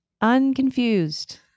Unconfused